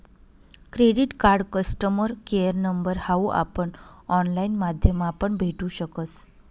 credit card customer care number हाऊ आपण online माध्यमापण भेटू शकस